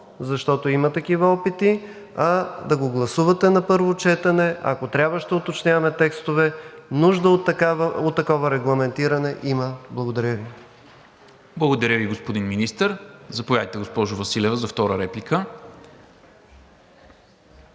защото има такива опити, а да го гласувате на първо четене. Ако трябва, ще уточняваме текстове. Нужда от такова регламентиране има. Благодаря Ви. ПРЕДСЕДАТЕЛ НИКОЛА МИНЧЕВ: Благодаря Ви, господин Министър. Заповядайте, госпожо Василева, за втора реплика.